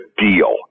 deal